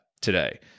today